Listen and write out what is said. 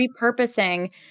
repurposing